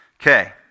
Okay